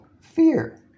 Fear